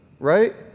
right